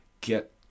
get